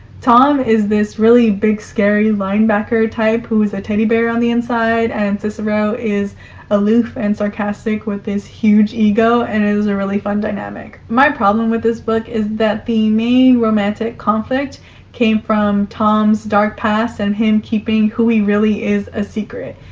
tom is this really big scary linebacker type who's a teddy bear on the inside, and cicero is aloof and sarcastic with this huge ego, and it was a really fun dynamic. my problem with this book is that the main romantic conflict came from tom's dark past and him keeping who he really is a secret.